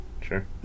Sure